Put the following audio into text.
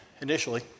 initially